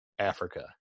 africa